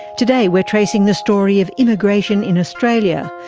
today, we're tracing the story of immigration in australia,